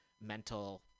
mental